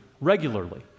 regularly